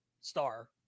star